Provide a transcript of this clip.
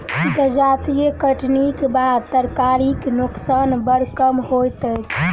जजाति कटनीक बाद तरकारीक नोकसान बड़ कम होइत अछि